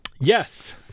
Yes